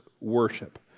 worship